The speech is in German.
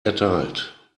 erteilt